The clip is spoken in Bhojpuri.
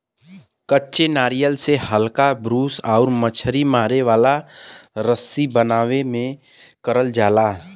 कच्चे नारियल से हल्का ब्रूस आउर मछरी मारे वाला रस्सी बनावे में करल जाला